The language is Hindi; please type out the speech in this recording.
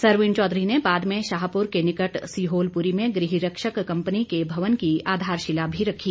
सरवीण चौधरी ने बाद में शाहपुर के निकट सिहोलपुरी में गृह रक्षक कंपनी के भवन की आधारशिला भी रखी